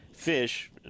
fish